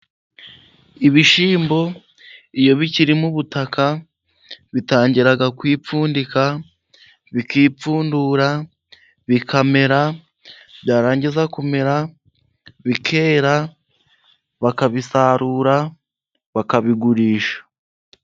Ibishyimbo iyo bikiri mu butaka， bitangira kwipfundika， bikipfundura， bikamera， byarangiza kumera，bikera， bakabisarura，bakabigurisha.